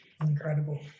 Incredible